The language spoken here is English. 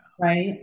Right